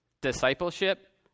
discipleship